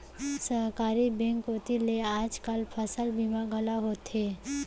सहकारी बेंक कोती ले आज काल फसल बीमा घलौ होवथे